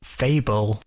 fable